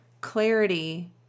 Clarity